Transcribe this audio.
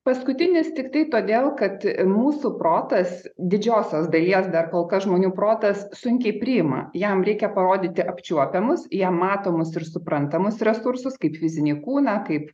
paskutinis tiktai todėl kad mūsų protas didžiosios dalies dar kol kas žmonių protas sunkiai priima jam reikia parodyti apčiuopiamus jam matomus ir suprantamus resursus kaip fizinį kūną kaip